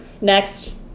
Next